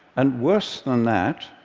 and worse than that,